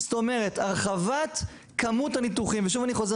כלומר הרחבת כמות הניתוחים ושוב אני חוזר,